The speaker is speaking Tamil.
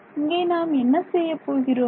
இங்கே நாம் என்ன செய்யப் போகிறோம்